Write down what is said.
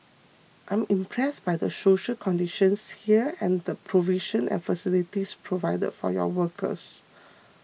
I am impressed by the social conditions here and the provision and facilities provided for your workers